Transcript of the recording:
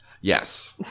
Yes